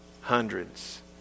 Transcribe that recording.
hundreds